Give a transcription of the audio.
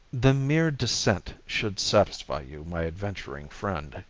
the mere descent should satisfy you, my adventuring friend,